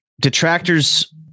detractors